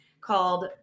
called